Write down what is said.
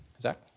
Zach